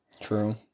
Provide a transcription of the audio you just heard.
True